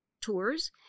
tours